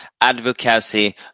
advocacy